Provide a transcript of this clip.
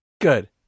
Good